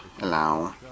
allow